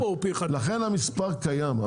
ולכן המספר קיים,